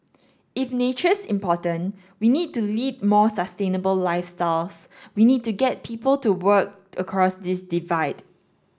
if nature's important we need to lead more sustainable lifestyles we need to get people to work across this divide